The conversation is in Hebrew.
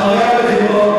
אחרי הבחירות,